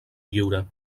lliure